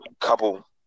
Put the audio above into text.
couple